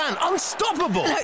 Unstoppable